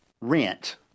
rent